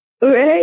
Right